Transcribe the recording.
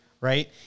right